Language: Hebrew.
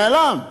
נעלם.